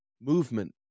movement